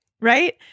right